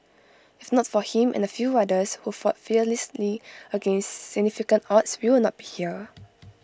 if not for him and A few others who fought fearlessly against significant odds we will not be here